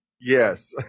Yes